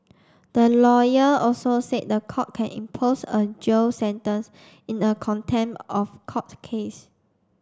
the lawyer also said the court can impose a jail sentence in a contempt of court case